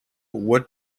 what